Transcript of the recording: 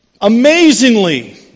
amazingly